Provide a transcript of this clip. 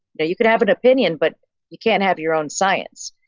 yeah you could have an opinion but you can't have your own science.